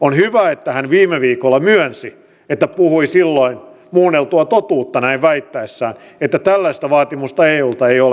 on hyvä että hän viime viikolla myönsi että puhui silloin muunneltua totuutta näin väittäessään että tällaista vaatimusta eulta ei ole